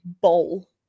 bowl